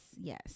Yes